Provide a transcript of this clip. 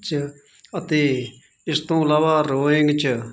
ਚ ਅਤੇ ਇਸ ਤੋਂ ਇਲਾਵਾ ਰੋਇੰਗ ਚ